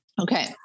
Okay